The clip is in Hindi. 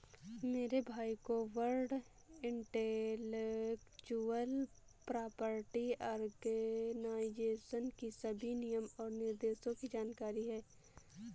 मेरे भाई को वर्ल्ड इंटेलेक्चुअल प्रॉपर्टी आर्गेनाईजेशन की सभी नियम और निर्देशों की जानकारी है